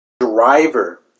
Driver